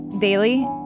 daily